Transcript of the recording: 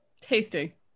tasty